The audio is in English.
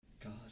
God